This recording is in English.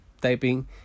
typing